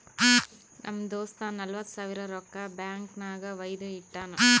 ನಮ್ ದೋಸ್ತ ನಲ್ವತ್ ಸಾವಿರ ರೊಕ್ಕಾ ಬ್ಯಾಂಕ್ ನಾಗ್ ವೈದು ಇಟ್ಟಾನ್